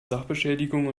sachbeschädigung